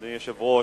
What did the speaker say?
אדוני היושב-ראש,